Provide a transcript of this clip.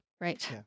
Right